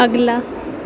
اگلا